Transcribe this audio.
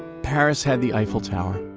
paris had the eiffel tower,